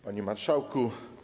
Panie Marszałku!